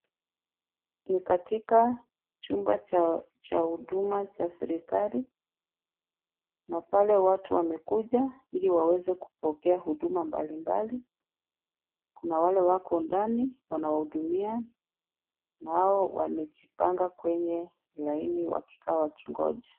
Ni katika chumba cha huduma cha serikali na pale watu wamekuja ili waweze kupokea huduma mbalimbali, kuna wale wako ndani wanawahudumia, nao wamejipanga kwenye laini wakikaa wakingoja.